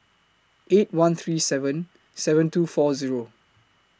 eight one three seven seven two four Zero